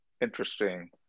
interesting